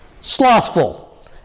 slothful